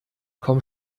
komm